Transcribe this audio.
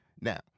now